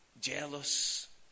Jealous